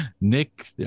Nick